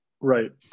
Right